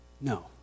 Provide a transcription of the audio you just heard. No